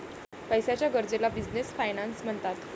पैशाच्या गरजेला business finance म्हणतात